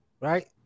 right